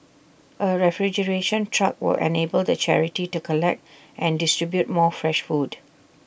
A refrigeration truck will enable the charity to collect and distribute more fresh food